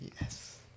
Yes